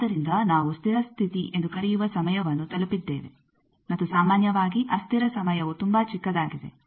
ಆದ್ದರಿಂದ ನಾವು ಸ್ಥಿರ ಸ್ಥಿತಿ ಎಂದು ಕರೆಯುವ ಸಮಯವನ್ನು ತಲುಪಿದ್ದೇವೆ ಮತ್ತು ಸಾಮಾನ್ಯವಾಗಿ ಅಸ್ಥಿರ ಸಮಯವು ತುಂಬಾ ಚಿಕ್ಕದಾಗಿದೆ